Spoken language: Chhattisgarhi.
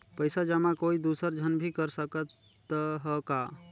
पइसा जमा कोई दुसर झन भी कर सकत त ह का?